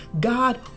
God